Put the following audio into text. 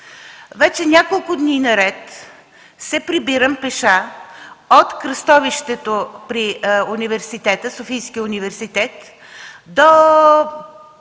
Вече няколко дни наред се прибирам пеша от кръстовището пред Софийския университет до